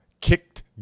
kicked